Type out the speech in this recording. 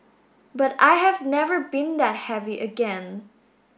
but I have never been that heavy again